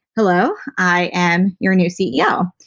hello. i am your new ceo,